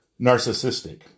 narcissistic